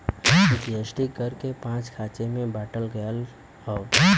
GST कर के पाँच खाँचे मे बाँटल गएल हौ